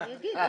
מי בעד?